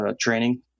training